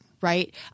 Right